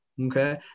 okay